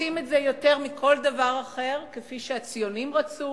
רוצים את זה יותר מכל דבר אחר, כפי שהציונים רצו,